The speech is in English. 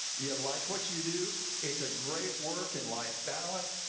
you like what you do. it's a great work and life balance.